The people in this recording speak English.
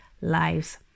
lives